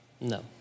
No